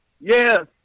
Yes